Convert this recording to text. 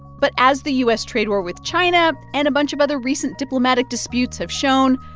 but as the u s. trade war with china and a bunch of other recent diplomatic disputes have shown,